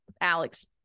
Alex